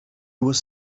was